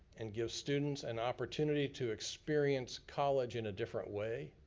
and gives students an opportunity to experience college in a different way.